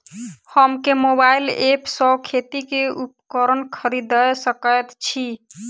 हम केँ mobile app सँ खेती केँ उपकरण खरीदै सकैत छी?